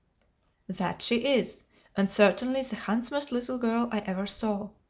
that she is and certainly the handsomest little girl i ever saw.